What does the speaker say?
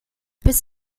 bis